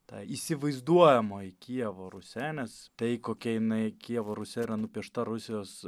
ta įsivaizduojamoji kijevo rusia nes tai kokia jinai kijevo rusia yra nupiešta rusijos